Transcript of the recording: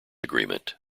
agreement